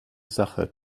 sache